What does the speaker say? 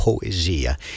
poesia